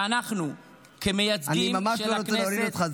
ואנחנו כמייצגים של הכנסת --- אני ממש לא רוצה להוריד אותך,